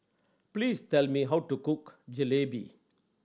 please tell me how to cook Jalebi